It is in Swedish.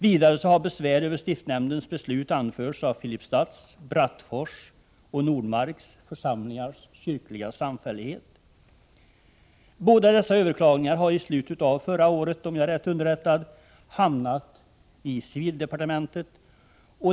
Vidare har besvär över stiftsnämndens beslut anförts av Filipstads, Brattfors och Nordmarks församlingars kyrkliga samfällighet. Båda dessa överklaganden hamnade i slutet av förra året, om jag är rätt underrättad, i civildepartementet.